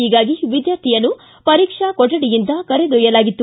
ಹೀಗಾಗಿ ವಿದ್ಕಾರ್ಥಿಯನ್ನು ಪರೀಕ್ಷಾ ಕೊಠಡಿಯಿಂದ ಕರೆದೊಯ್ಯಲಾಗಿತ್ತು